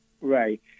Right